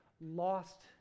lost